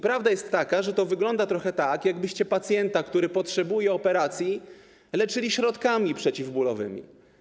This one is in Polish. Prawda jest taka, że trochę wygląda to tak, jakbyście pacjenta, który potrzebuje operacji, leczyli środkami przeciwbólowymi.